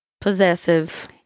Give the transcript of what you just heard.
possessive